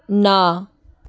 ਨਾ